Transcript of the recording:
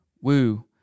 woo